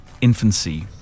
infancy